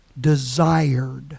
desired